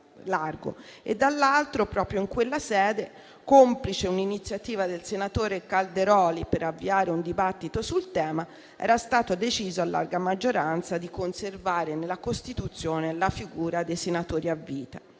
- dall'altro lato - proprio in quella sede, complice un'iniziativa del senatore Calderoli per avviare un dibattito sul tema, era stato deciso a larga maggioranza di conservare nella Costituzione la figura dei senatori a vita,